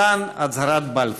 הצהרת בלפור.